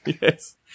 Yes